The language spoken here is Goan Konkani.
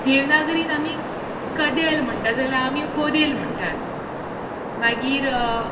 देवनागरीन आमी कदेल म्हणटात जाल्यार आमी कदेल म्हणटात मागीर